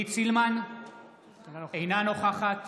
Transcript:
אינה נוכחת